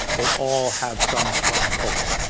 they all have some strong culture.